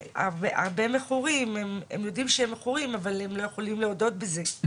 שהרבה מכורים הם יודעים שהם מכורים אבל הם לא יכולים להודות בזה.